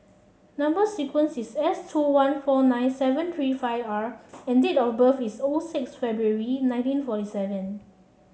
number sequence is S two one four nine seven three five R and date of birth is O six February nineteen forty seven